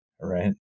right